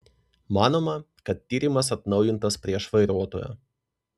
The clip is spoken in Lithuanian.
manoma kad tyrimas atnaujintas prieš vairuotoją